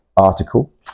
article